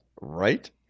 Right